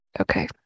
Okay